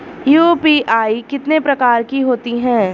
UPI कितने प्रकार की होती हैं?